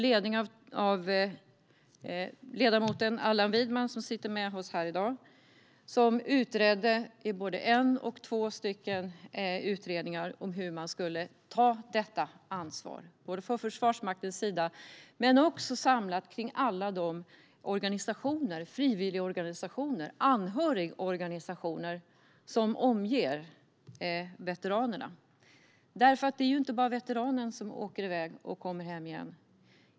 Ledamoten Allan Widman, som sitter med oss här i dag, ledde både en och två utredningar om hur man skulle ta detta ansvar, både från Försvarsmaktens sida och samlat runt de frivillig och anhörigorganisationer som omger veteranerna. Det är ju inte bara veteranen som åker iväg och kommer hem igen.